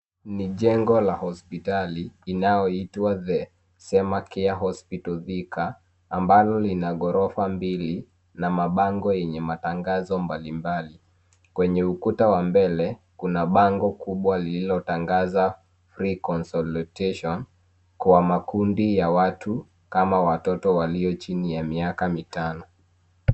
Ni jengo la hospitali inaoitwa The Sema Care Hospital Thika ambalo lina gorofa mbili na mabango yenye matangazo mbalimbali. Kwenye ukuta wa mbele, kuna bango kubwa lililo tangaza free consultation kwa makundi ya watu kama watoto walio chini ya miaka mitano.